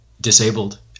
disabled